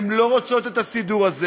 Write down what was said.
הן לא רוצות את הסידור הזה.